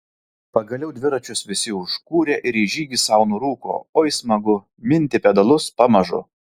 pagaliau dviračius visi užkūrė ir į žygį sau nurūko oi smagu minti pedalus pamažu